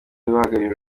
bahagarariye